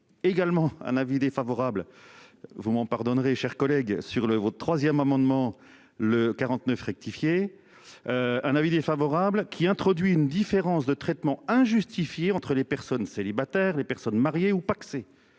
également un avis défavorable. Vous m'en pardonnerez chers collègues sur le 3ème amendement le 49 rectifié. Un avis défavorable qui introduit une différence de traitement injustifiée entre les personnes célibataires. Les personnes mariées ou pacsées.